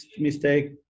mistake